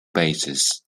basis